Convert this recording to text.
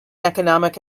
economic